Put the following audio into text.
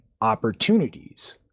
opportunities